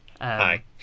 Hi